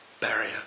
Barrier